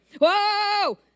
Whoa